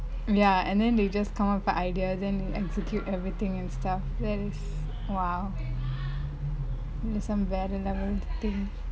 ya and then they just come out with an idea then execute everything and stuff that is !wow! is some வேர:vere level thing